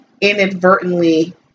inadvertently